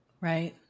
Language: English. Right